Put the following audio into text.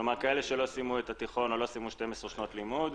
כאלה שלא סיימו תיכון או 12 שנות לימוד.